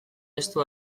estu